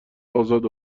ازاد